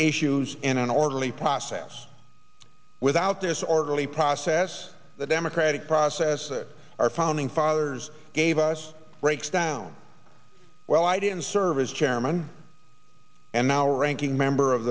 issues in an orderly process without this orderly process the democratic process that our founding fathers gave us breaks down well i didn't serve as chairman and now ranking member of